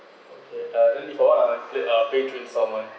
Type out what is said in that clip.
okay uh then if what I pay uh pay through installment